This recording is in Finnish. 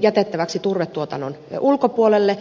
jätettäväksi turvetuotannon ulkopuolelle